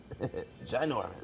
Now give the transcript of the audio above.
ginormous